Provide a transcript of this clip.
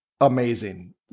amazing